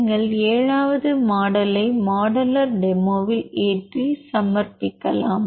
நீங்கள் 7 வது மாடலை மாடலர் டெமோவில் ஏற்றி சமர்ப்பிக்கலாம்